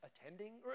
attending